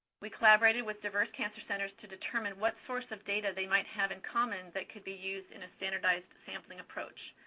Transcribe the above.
we collaborated with diverse cancer centers to determine what source of data they might have in common that could be used in a standardized sampling approach.